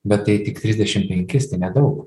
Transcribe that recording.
bet tai tik trisdešim penkis tai nedaug